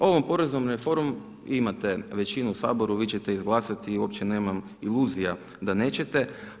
Ovom poreznom reformom imate većinu u Saboru, vi ćete izglasati, uopće nemam iluzija da nećete.